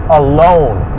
alone